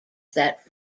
that